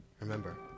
remember